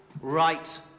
right